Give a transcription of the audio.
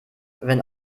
wenn